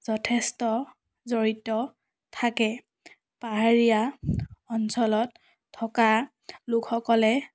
যথেষ্ট জড়িত থাকে পাহাৰীয়া অঞ্চলত থকা লোকসকলে